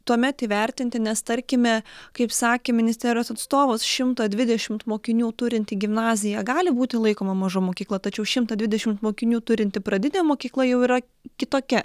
tuomet įvertinti nes tarkime kaip sakė ministerijos atstovas šimto dvidešimt mokinių turinti gimnazija gali būti laikoma maža mokykla tačiau šimtą dvidešimt mokinių turinti pradinė mokykla jau yra kitokia